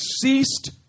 ceased